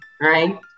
right